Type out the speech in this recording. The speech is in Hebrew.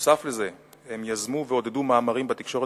נוסף על זה הם יזמו ועודדו מאמרים בתקשורת